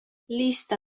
lista